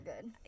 good